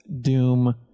Doom